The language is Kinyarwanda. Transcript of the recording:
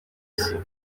isi